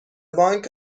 بانک